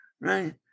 right